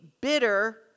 bitter